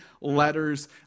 letters